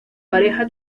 pareja